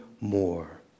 more